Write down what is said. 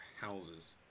houses